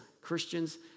Christians